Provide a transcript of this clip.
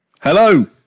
Hello